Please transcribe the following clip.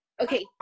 okay